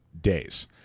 days